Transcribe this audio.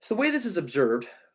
so way this is observed,